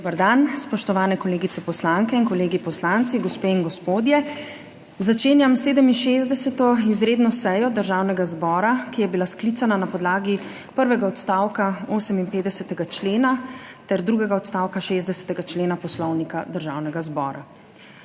Dober dan. Spoštovane kolegice poslanke in kolegi poslanci, gospe in gospodje! Začenjam 67. izredno sejo Državnega zbora, ki je bila sklicana na podlagi prvega odstavka 58. člena ter drugega odstavka 60. člena Poslovnika Državnega zbora.